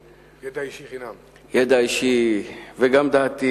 מידע אישי, וגם דעתי: